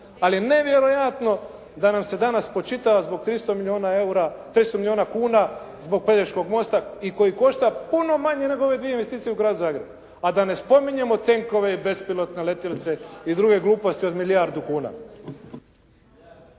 Ali je nevjerojatno da nam se danas spočitava zbog 300 milijuna eura, 500 milijuna kuna zbog Pelješkog mosta i koji košta puno manje nego ove dvije investicije u Gradu Zagrebu, a da ne spominjemo tenkove i bespilotne letjelice i druge gluposti od milijardu kuna.